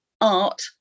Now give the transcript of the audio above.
art